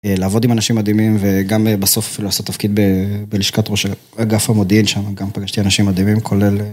לעבוד עם אנשים מדהימים וגם בסוף אפילו לעשות תפקיד בלשכת ראש אגף המודיעין שם גם פגשתי אנשים מדהימים כולל